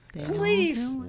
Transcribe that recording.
Please